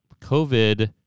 COVID